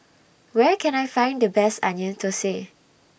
Where Can I Find The Best Onion Thosai